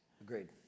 Agreed